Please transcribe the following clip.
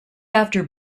after